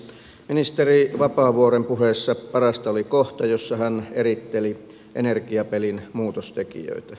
ministeri vapaavuoren puheessa parasta oli kohta jossa hän eritteli energiapelin muutostekijöitä